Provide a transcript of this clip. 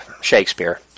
Shakespeare